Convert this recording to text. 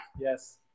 Yes